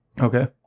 Okay